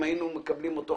אם היינו מקבלים אותו,